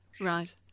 right